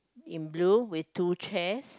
in blue with two chairs